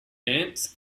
dance